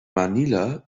manila